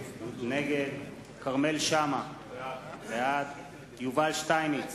נגד כרמל שאמה, בעד יובל שטייניץ,